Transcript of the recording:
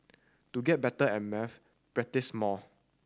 to get better at maths practise more